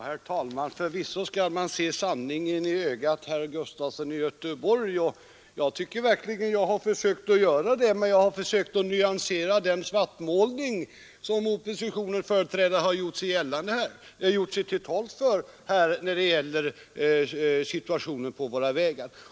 Herr talman! Förvisso skall man se sanningen i ögonen, herr Gustafson i Göteborg, och jag tycker verkligen att jag har gjort det, men jag har försökt att nyansera den svartmålning som oppositionens företrädare gjort sig till tolk för här när det gäller situationen på våra vägar.